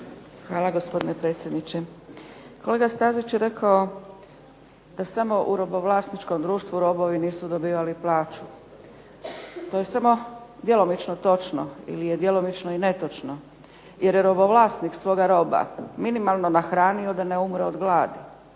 Hvala, gospodine predsjedniče. Kolega Stazić je rekao da samo u robovlasničkom društvu robovi nisu dobivali plaću. To je samo djelomično točno ili je djelomično i netočno jer je robovlasnik svoga roba minimalno nahranio da ne umre od gladi,